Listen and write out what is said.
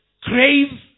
crave